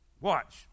Watch